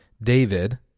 David